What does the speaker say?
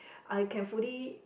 I can fully